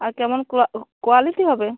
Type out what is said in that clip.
আর কেমন কোয়া ও কোয়ালিটি হবে